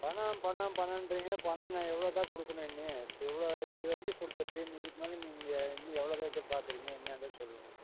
பணம் பணம் பணங்றீங்க பணம் நான் எவ்வளோ தான் கொடுக்கணும் இனி இவ்வளோ இது வரைக்கும் கொடுத்துருக்கு நீங்கள் இதுக்கு மேலே நீங்கள் இன்னும் எவ்வளோ தான் எதிர்பார்க்குறீங்க என்னென்றத சொல்லுங்க